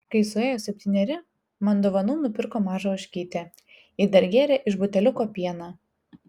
kai suėjo septyneri man dovanų nupirko mažą ožkytę ji dar gėrė iš buteliuko pieną